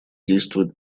действует